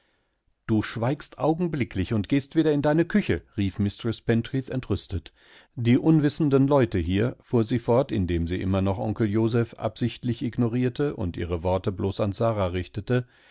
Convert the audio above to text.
du schweigst augenblicklich und gehst wieder in deine küche rief mistreß pentreathentrüstet dieunwissendenleutehier fuhrsiefort indemsieimmernoch onkel joseph absichtlich ignorierte und ihre worte bloß an sara richtete